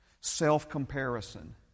self-comparison